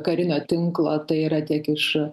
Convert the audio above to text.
karinio tinklo tai yra tiek iš